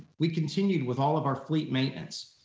we continued with all of our fleet maintenance,